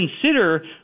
consider